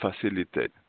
facilitate